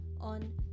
on